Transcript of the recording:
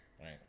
Right